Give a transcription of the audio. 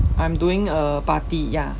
I'm doing a party ya